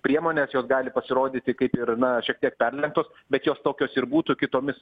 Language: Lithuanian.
priemonė gali pasirodyti kaip ir na šiek tiek perlenktos bet jos tokios ir būtų kitomis